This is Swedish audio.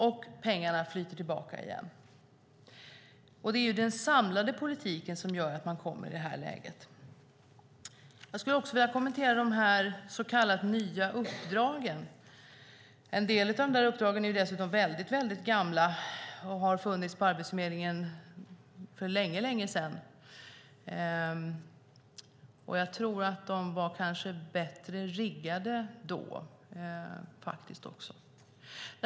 Och pengarna flyter tillbaka igen. Det är den samlade politiken som gör att man kommer i det här läget. Jag skulle också vilja kommentera de så kallade nya uppdragen. En del av de uppdragen är dessutom väldigt gamla. De har funnits på Arbetsförmedlingen för länge sedan. Jag tror faktiskt också att de kanske var bättre riggade då.